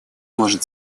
может